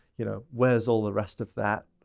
you know, where's all the rest of that